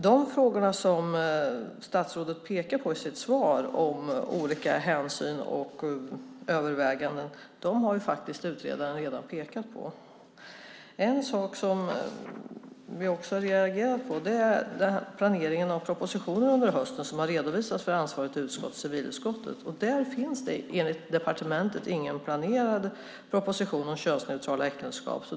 De frågor som statsrådet pekar på i sitt svar om olika hänsyn och överväganden har utredaren redan tagit upp. Något som vi också reagerade på är planeringen av propositioner under hösten som har redovisats för civilutskottet som är ansvarigt utskott. Där finns det enligt departementet ingen planerad proposition om könsneutrala äktenskap.